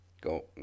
Go